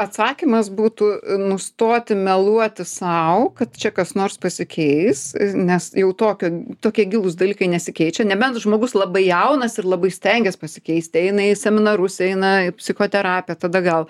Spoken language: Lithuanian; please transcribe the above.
atsakymas būtų nustoti meluoti sau kad čia kas nors pasikeis nes jau tokio tokie gilūs dalykai nesikeičia nebent žmogus labai jaunas ir labai stengias pasikeisti eina į seminarus eina į psichoterapiją tada gal